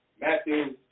Matthew